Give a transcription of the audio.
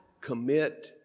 commit